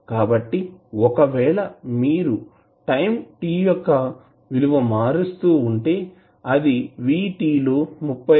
కాబట్టి ఒకవేళ మీరు టైం t యొక్క విలువ మారుస్తూ ఉంటే అది Vt లో 36